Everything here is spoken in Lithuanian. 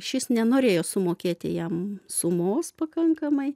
šis nenorėjo sumokėti jam sumos pakankamai